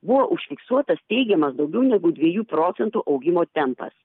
buvo užfiksuotas teigiamas daugiau negu dviejų procentų augimo tempas